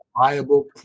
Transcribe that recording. viable